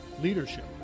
Leadership